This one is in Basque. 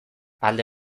alde